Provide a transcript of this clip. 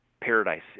Paradise